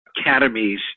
academies